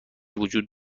وجود